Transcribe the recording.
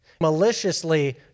Maliciously